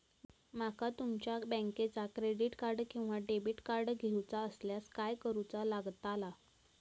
माका तुमच्या बँकेचा क्रेडिट कार्ड किंवा डेबिट कार्ड घेऊचा असल्यास काय करूचा लागताला?